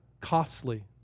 costly